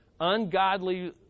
Ungodly